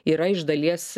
yra iš dalies